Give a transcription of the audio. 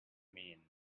mean